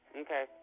Okay